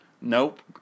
Nope